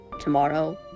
tomorrow